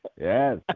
yes